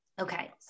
Okay